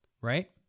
Right